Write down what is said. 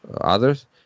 others